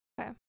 Okay